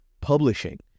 Publishing